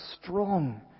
strong